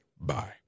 Bye